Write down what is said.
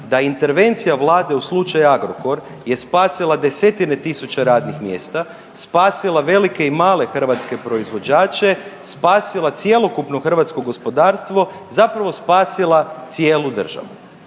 da intervencija Vlade u slučaju Agrokor je spasila desetine tisuća radnih mjesta, spasila velike i male hrvatske proizvođače, spasila cjelokupno hrvatsko gospodarstvo, zapravo spasila cijelu državu.